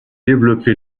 développé